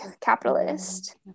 capitalist